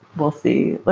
we'll see. but